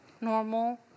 normal